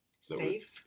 Safe